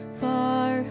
far